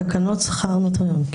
תקנות שכר נוטריון.